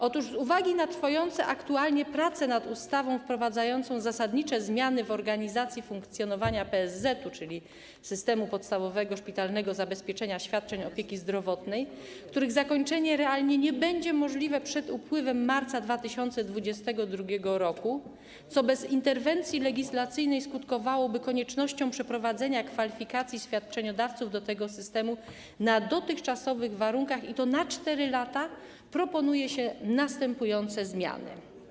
Otóż z uwagi na trwające aktualnie prace nad ustawą wprowadzającą zasadnicze zmiany w organizacji funkcjonowania PSZ, czyli systemu podstawowego szpitalnego zabezpieczenia świadczeń opieki zdrowotnej, których zakończenie realnie nie będzie możliwe przed upływem marca 2022 r., co bez interwencji legislacyjnej skutkowałoby koniecznością przeprowadzenia kwalifikacji świadczeniodawców do tego systemu na dotychczasowych warunkach, i to na 4 lata, proponuje się następujące zmiany.